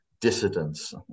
dissidents